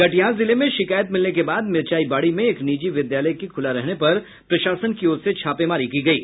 कटिहार जिले में शिकायत मिलने के बाद मिरचाई बाड़ी में एक निजी विद्यालय के खुला रहने पर प्रशासन की ओर से छापेमारी की गयी